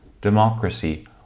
democracy